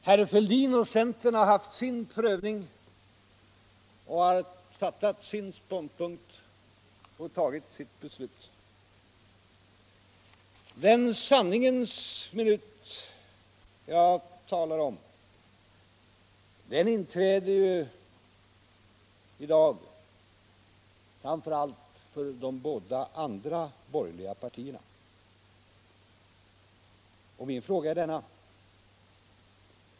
Herr Fälldin och centern har haft sin prövning, intagit sin ståndpunkt och fattat sitt beslut. Den sanningens minut jag talar om inträder i dag framför allt för de båda andra borgerliga partierna. Jag vill då ställa en fråga.